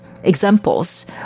examples